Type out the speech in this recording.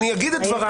אני אגיד את דבריי.